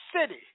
city